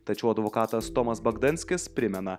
tačiau advokatas tomas bagdanskis primena